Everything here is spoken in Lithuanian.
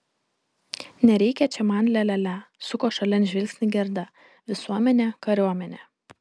nereikia čia man lia lia lia suko šalin žvilgsnį gerda visuomenė kariuomenė